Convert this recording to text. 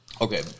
Okay